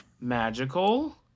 magical